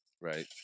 Right